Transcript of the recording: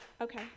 okay